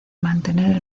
mantener